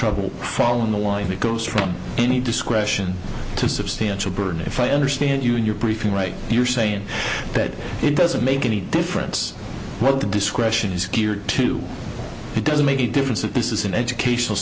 trouble following the ivory coast from any discretion to substantial burden if i understand you in your briefing right you're saying that it doesn't make any difference what the discretion is geared to it doesn't make a difference that this is an educational